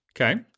Okay